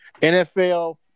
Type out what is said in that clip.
NFL